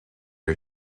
are